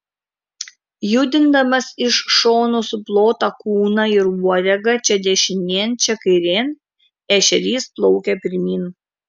judindamas iš šonų suplotą kūną ir uodegą čia dešinėn čia kairėn ešerys plaukia pirmyn